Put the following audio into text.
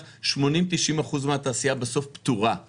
כשנתח השוק של הטורקי יגדל,